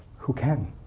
who can?